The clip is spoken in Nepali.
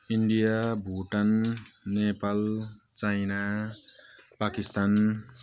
India Bhutan Nepal China Pakistan